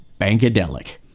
Bankadelic